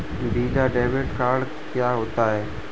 Visa debit card क्या होता है?